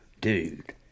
Dude